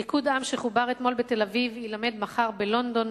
ריקוד עם שחובר אתמול בתל-אביב יילמד מחר בלונדון,